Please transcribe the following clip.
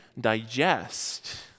digest